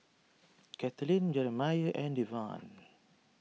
Katelyn Jerimiah and Devan